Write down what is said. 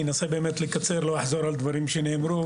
אני אנסה לקצר ולא לחזור על דברים שנאמרו.